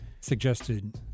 suggested